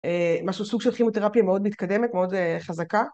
‫משהו סוג של כימותרפיה ‫מאוד מתקדמת, מאוד חזקה.